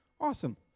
Awesome